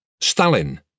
Stalin